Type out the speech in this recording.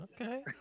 Okay